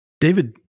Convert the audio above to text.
David